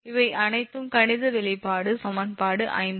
இவை அனைத்தும் கணித வெளிப்பாடு சமன்பாடு 57